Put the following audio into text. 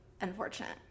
unfortunate